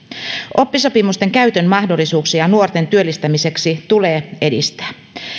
oppisopimusten käytön mahdollisuuksia nuorten työllistämiseksi tulee edistää